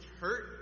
hurt